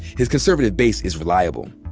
his conservative base is reliable.